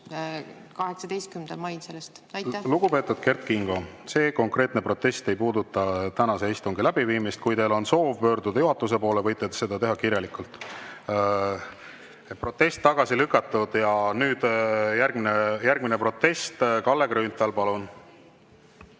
18. mail kell 13.56. Lugupeetud Kert Kingo! See konkreetne protest ei puuduta tänase istungi läbiviimist. Kui teil on soov pöörduda juhatuse poole, võite seda teha kirjalikult. Protest on tagasi lükatud. Nüüd järgmine protest, Kalle Grünthal, palun!